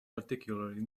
particularly